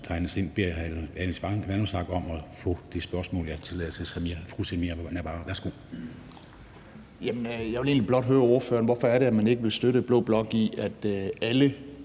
Jeg vil egentlig blot høre ordføreren, hvorfor det er, man ikke vil støtte blå blok i, at alle